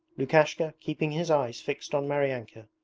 lukashka, keeping his eyes fixed on maryanka,